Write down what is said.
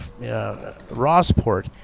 rossport